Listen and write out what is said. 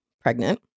pregnant